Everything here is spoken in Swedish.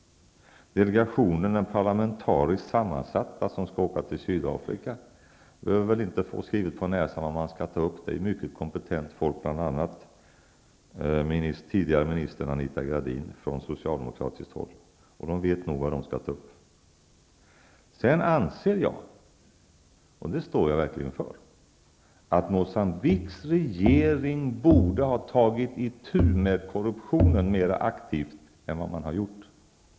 Den parlamentariskt sammansatta delegation som skall åka till Sydafrika behöver inte få skrivet på näsan vad man skall ta upp. Det är mycket kompetent folk som ingår i delegationen, bl.a. den tidigare socialdemokratiska ministern Anita Gradin. Så i delegationen vet man nog vad man skall ta upp. Jag anser emellertid -- och det står jag verkligen för -- att Moçambiques regering borde ha tagit itu med korruptionen mer aktivt än vad man har gjort.